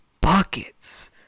buckets